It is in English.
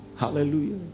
Hallelujah